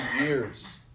years